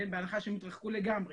בהנחה שהם התרחקו לגמרי,